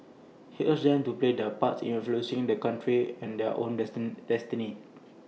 he urged them to play their part in influencing the country's and their own destiny